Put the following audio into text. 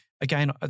Again